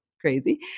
crazy